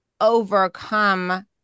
overcome